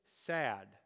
sad